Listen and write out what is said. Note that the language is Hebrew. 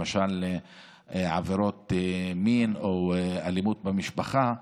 למשל עברות מין או אלימות במשפחה,